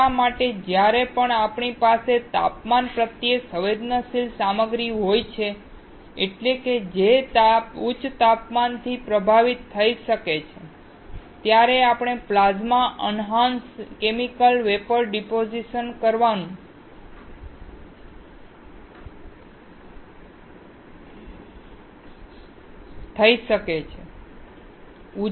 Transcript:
એટલા માટે જ્યારે પણ આપણી પાસે તાપમાન પ્રત્યે સંવેદનશીલ સામગ્રી હોય છે એટલે કે જે ઉચ્ચ તાપમાનથી પ્રભાવિત થઈ શકે છે ત્યારે આપણે plasma enhanced chemical vapour deposition કરવા જઈ શકીએ છીએ